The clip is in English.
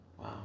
Wow